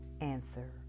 answer